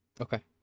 Okay